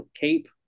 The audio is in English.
Cape